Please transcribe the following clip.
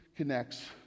connects